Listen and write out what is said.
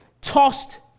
tossed